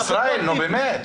ישראל, באמת.